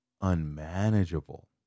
unmanageable